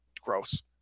gross